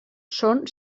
són